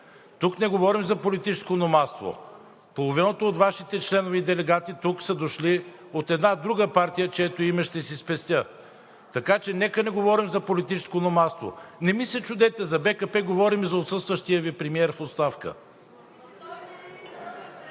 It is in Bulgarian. Тук не говорим за политическо номадство. Половината от Вашите членове и делегати тук са дошли от една друга партия, чието име ще си спестя. Така че нека да не говорим за политическо номадство. Не ми се чудете – за БКП говорим и за отсъстващия Ви премиер в оставка.